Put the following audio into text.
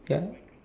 ya